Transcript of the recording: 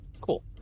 Cool